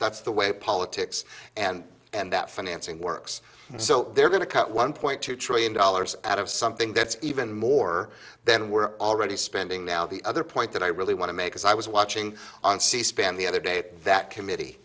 that's the way politics and and that financing works so they're going to cut one point two trillion dollars out of something that's even more than we're already spending now the other point that i really want to make is i was watching on c span the other day that committee